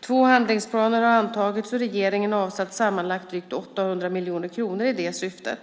Två handlingsplaner har antagits, och regeringen har avsatt sammanlagt drygt 800 miljoner kronor i detta syfte.